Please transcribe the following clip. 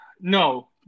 no